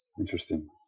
Interesting